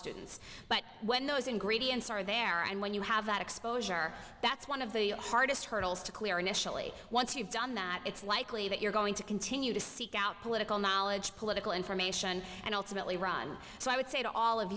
students but when those ingredients are there and when you have that exposure that's one of the hardest hurdles to clear initially once you've done that it's likely that you're going to continue to seek out political knowledge political information and ultimately run so i would say to all of